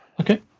Okay